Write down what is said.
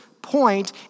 point